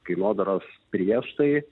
kainodaros prieš tai